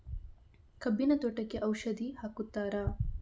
ಕಬ್ಬಿನ ತೋಟಕ್ಕೆ ಔಷಧಿ ಹಾಕುತ್ತಾರಾ?